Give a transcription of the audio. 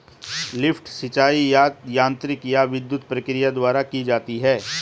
lift सिंचाई या तो यांत्रिक या विद्युत प्रक्रिया द्वारा की जाती है